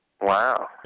Wow